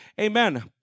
Amen